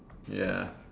ya